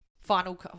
Final